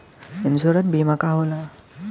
Insurance बीमा का होला?